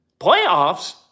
Playoffs